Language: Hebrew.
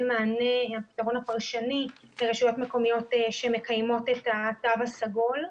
מענה לרשויות מקומיות שמקיימות את התו הסגול.